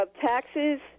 taxes